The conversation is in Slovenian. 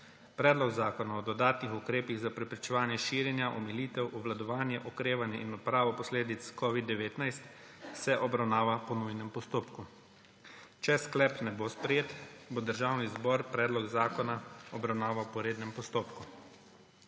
Predlog zakona o dodatnih ukrepih za preprečevanje širjenja, omilitev, obvladovanje, okrevanje in odpravo posledic covida-19 se obravnava po nujnem postopku. Če sklep ne bo sprejet, bo Državni zbor predlog zakona obravnaval po rednem postopku.